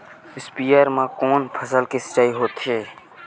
स्पीयर म कोन फसल के सिंचाई होथे?